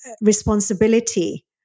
responsibility